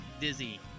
Dizzy